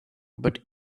but